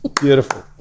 Beautiful